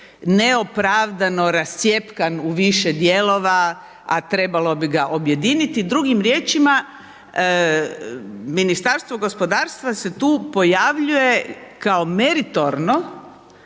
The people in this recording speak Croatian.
neopravdano rascjepkan u više dijelova, a trebalo bi ga objediniti. Drugim riječima Ministarstvo gospodarstva se tu pojavljuje kao meritorno